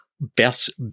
best